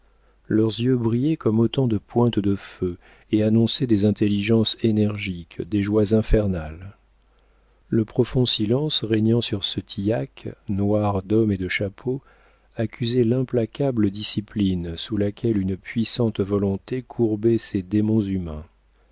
leurs yeux brillaient comme autant de pointes de feu et annonçaient des intelligences énergiques des joies infernales le profond silence régnant sur ce tillac noir d'hommes et de chapeaux accusait l'implacable discipline sous laquelle une puissante volonté courbait ses démons humains